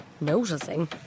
noticing